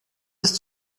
ist